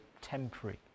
temporary